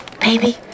baby